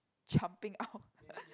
jumping out